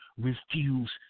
refuse